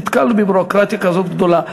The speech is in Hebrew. נתקלנו בביורוקרטיה כזאת גדולה,